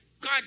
God